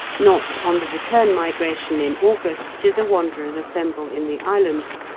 not on the return migration in august do the wanderers assemble in the islands,